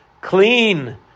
clean